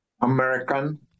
American